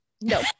No